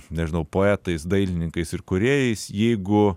nežinau poetais dailininkais ir kūrėjais jeigu